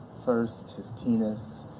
first his penis,